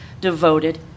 devoted